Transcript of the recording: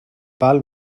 val